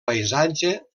paisatge